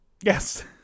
Yes